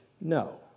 No